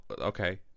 Okay